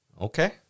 Okay